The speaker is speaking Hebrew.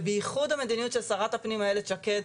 ובייחוד המדיניות של שרת הפנים איילת שקד.